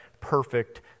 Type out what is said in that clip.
perfect